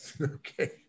Okay